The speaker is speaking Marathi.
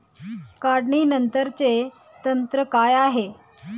काढणीनंतरचे तंत्र काय आहे?